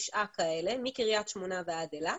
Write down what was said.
יש 9 כאלה מקרית שמונה ועד אילת,